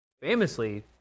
famously